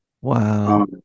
Wow